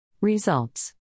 Results